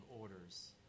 orders